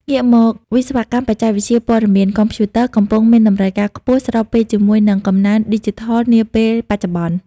ងាកមកវិស្វកម្មបច្ចេកវិទ្យាព័ត៌មាន កុំព្យូទ័រ កំពុងមានតម្រូវការខ្ពស់ ស្របពេលជាមួយនឹង កំណើនឌីជីថលនាពេលបច្ចុប្បន្ន។